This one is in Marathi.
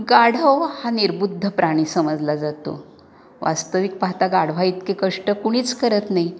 गाढव हा निर्बुद्ध प्राणी समजला जातो वास्तविक पाहता गाढवाइतके कष्ट कुणीच करत नाही